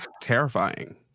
terrifying